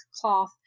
cloth